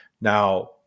Now